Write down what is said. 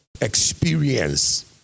experience